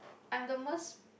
I'm the most